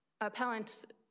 appellant